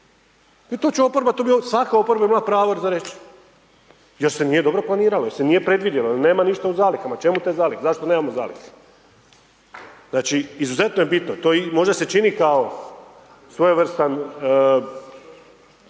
to će oporba, to je svaka oporba imala pravo za reći jer se nije dobro planiralo, jer se nije predvidjelo, jer nema ništa u zalihama, čemu te zalihe, zašto nemamo zalihe. Znači izuzetno je bitno, možda se čini kao svojevrstan